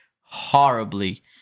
Horribly